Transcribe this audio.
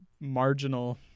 marginal